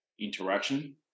interaction